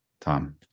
Tom